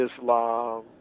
Islam